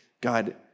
God